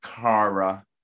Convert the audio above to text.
Kara